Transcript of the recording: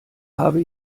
habe